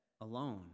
alone